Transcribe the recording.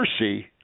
mercy